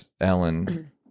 Ellen